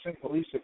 police